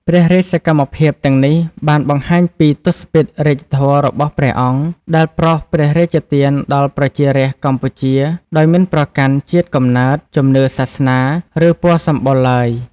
ព្រះរាជសកម្មភាពទាំងនេះបានបង្ហាញពីទសពិធរាជធម៌របស់ព្រះអង្គ ដែលប្រោសព្រះរាជទានដល់ប្រជារាស្ត្រកម្ពុជាដោយមិនប្រកាន់ជាតិកំណើត ជំនឿសាសនា ឬពណ៌សម្បុរឡើយ។